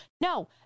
No